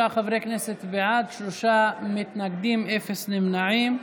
23 חברי כנסת בעד, שלושה מתנגדים, אפס נמנעים.